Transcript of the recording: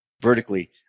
vertically